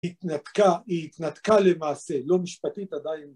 התנתקה, היא התנתקה למעשה, לא משפטית עדיין.